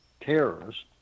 terrorists